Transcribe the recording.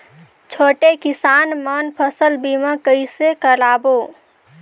छोटे किसान मन फसल बीमा कइसे कराबो?